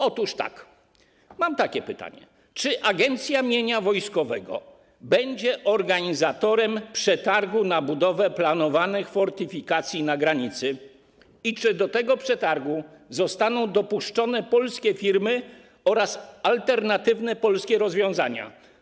Otóż mam takie pytanie: Czy Agencja Mienia Wojskowego będzie organizatorem przetargu na budowę planowanych fortyfikacji na granicy i czy do tego przetargu zostaną dopuszczone polskie firmy oraz alternatywne polskie rozwiązania?